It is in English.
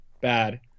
bad